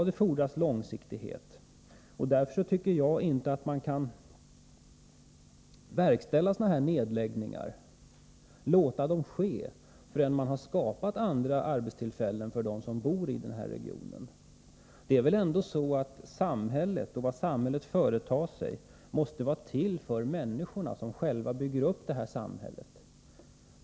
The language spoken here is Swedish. Ja, det fordras långsiktighet, och därför tycker jag inte att man kan låta sådana här nedläggningar ske förrän man skapat andra arbetstillfällen för dem som bor i regionen. Det som samhället företar sig måste väl ändå vara till för människorna — för de människor som själva bygger upp det här samhället.